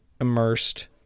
immersed